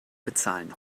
bezahlen